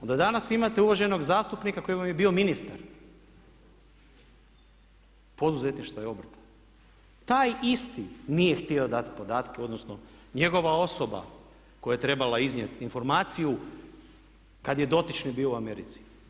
Onda danas imate uvaženog zastupnika koji vam je bio ministar poduzetništva i obrta, taj isti nije htio dati podatke odnosno njegova osoba koja je trebala iznijeti informaciju kad je dotični bio u Americi.